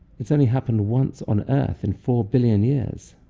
it's only happened once on earth in four billion years.